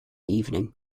evening